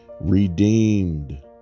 Redeemed